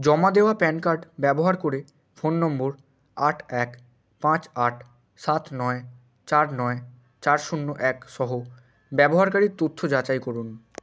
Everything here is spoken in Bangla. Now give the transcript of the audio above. জমা দেওয়া প্যান কার্ড ব্যবহার করে ফোন নম্বর আট এক পাঁচ আট সাত নয় চার নয় চার শূন্য এক সহ ব্যবহারকারীর তথ্য যাচাই করুন